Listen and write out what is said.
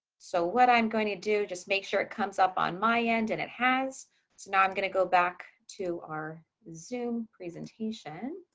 so what i'm going to do. just make sure it comes up on my end and it has to. now i'm going to go back to our zoom presentation.